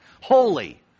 Holy